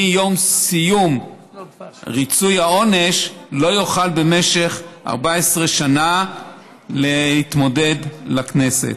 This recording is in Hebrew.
מיום סיום ריצוי העונש לא יוכל במשך 14 שנה להתמודד לכנסת.